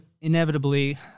inevitably